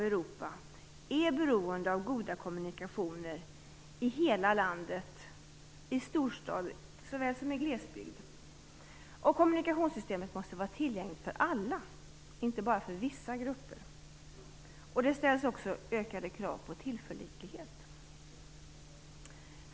Europa, är beroende av goda kommunikationer i hela landet, i storstad såväl som i glesbygd. Kommunikationssystemet måste vara tillgängligt för alla, inte bara för vissa grupper. Det ställs också ökade krav på tillförlitlighet.